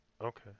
Okay